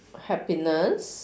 happiness